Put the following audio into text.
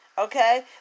Okay